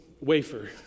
wafer